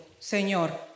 Señor